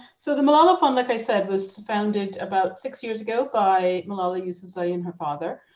so the malala fund, like i said, was founded about six years ago by malala yousafzai and her father.